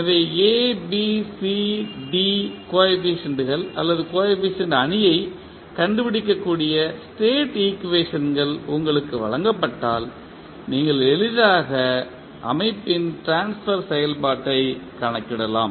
எனவே A B C D கோ எபிசியன்ட்கள் அல்லது கோஎபிசியன்ட் அணியைக் கண்டுபிடிக்கக்கூடிய ஸ்டேட் ஈக்குவேஷன்கள் உங்களுக்கு வழங்கப்பட்டால் நீங்கள் எளிதாக அமைப்பின் ட்ரான்ஸ்பர் செயல்பாட்டைக் கணக்கிடலாம்